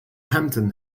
hampton